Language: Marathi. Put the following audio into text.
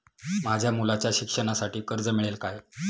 माझ्या मुलाच्या शिक्षणासाठी कर्ज मिळेल काय?